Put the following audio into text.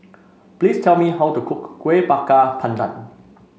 please tell me how to cook Kuih Bakar Pandan